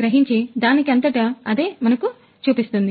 గ్రహించి దానికి అంతటి అదే మనకు చూపిస్తుంది